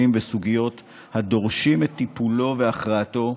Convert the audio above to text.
וסוגיות הדורשים את טיפולו והכרעתו,